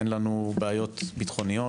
אין לנו בעיות ביטחוניות?